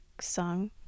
song